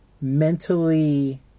mentally